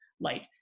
light